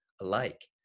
alike